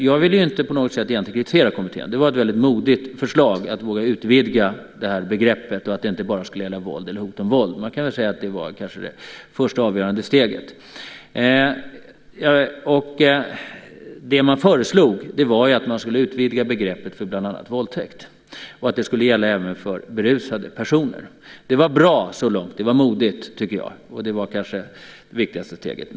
Jag vill inte på något sätt kritisera kommittén. Det var ett väldigt modigt förslag att utvidga begreppet så att det inte bara skulle gälla våld eller hot om våld. Det var kanske det första och avgörande steget. Man föreslog alltså att begreppet våldtäkt skulle utvidgas till att omfatta även berusade offer. Så långt var det bra och modigt, och det var kanske det viktigaste steget.